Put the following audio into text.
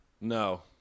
No